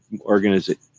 organization